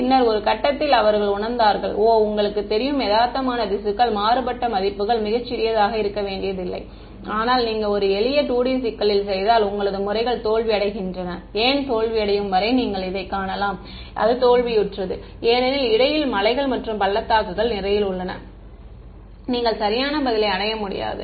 பின்னர் ஒரு கட்டத்தில் அவர்கள் உணர்ந்தார்கள் ஓ உங்களுக்குத் தெரியும் யதார்த்தமான திசுக்கள் மாறுபட்ட மதிப்புகள் மிகச் சிறியதாக இருக்க வேண்டியதில்லை ஆனால் நீங்கள் ஒரு எளிய 2D சிக்கலில் செய்ததால் உங்களது முறைகள் தோல்வியடைகின்றன ஏன் தோல்வியடையும் வரை நீங்கள் இதை காணலாம் அது தோல்வியுற்றது ஏனெனில் இடையில் மலைகள் மற்றும் பள்ளத்தாக்குகள் நிறைய உள்ளன நீங்கள் சரியான பதிலை அடைய முடியாது